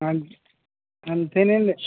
అన్ అంతేనండి